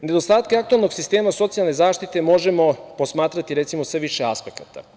Nedostatke aktuelnog sistema socijalne zaštite možemo posmatrati, recimo sa više aspekata.